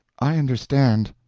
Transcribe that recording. i understand.